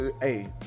Hey